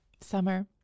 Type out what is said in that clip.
Summer